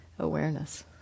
Awareness